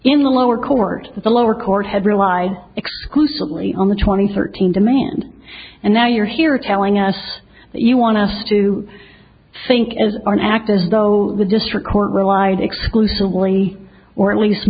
in the lower court the lower court had relied exclusively on the twenty thirteen demand and now you're here telling us that you want us to think as an act as though the district court relied exclusively or at least